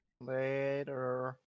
Later